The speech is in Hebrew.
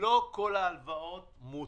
לא כל ההלוואות מוצו.